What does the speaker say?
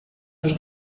los